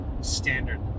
standard